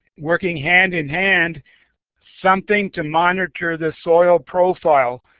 working hand in hand something to monitor the soil profile.